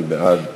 מי בעד?